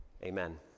Amen